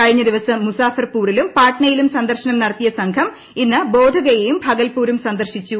കഴിഞ്ഞ ദിവസം മുസാഫർപൂറിലും പറ്റ്നയിലും സന്ദർശനം നടത്തിയ സംഘം ഇന്ന് ബോധഗയയും ഭഗൽപൂറും സന്ദർശിച്ചു